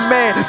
Man